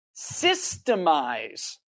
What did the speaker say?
systemize